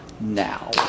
now